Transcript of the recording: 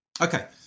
Okay